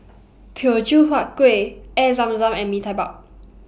Teochew Huat Kueh Air Zam Zam and Mee Tai Mak